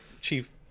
chief